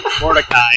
Mordecai